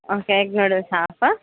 okay egg noodles half